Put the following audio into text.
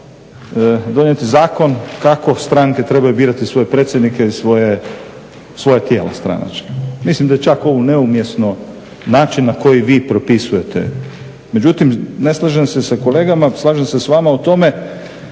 donijeti zakon kako stranke trebaju birati svoje predsjednike i svoja tijela stranačka. Mislim da je ovo čak neumjesno način na koji vi propisujete. Međutim, ne slažem se sa kolegama, slažem se s vama u tome